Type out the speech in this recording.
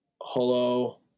Hello